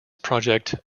project